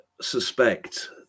suspect